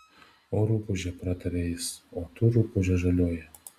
o rupūže pratarė jis o tu rupūže žalioji